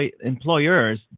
employers